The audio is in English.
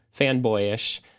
fanboyish